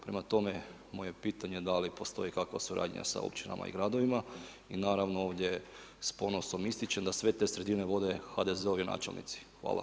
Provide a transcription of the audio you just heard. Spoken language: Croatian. Prema tome moje je pitanje da li postoji kakva suradnja sa općinama i gradovima i naravno ovdje s ponosom ističem da sve te sredine vode HDZ-ovi načelnici.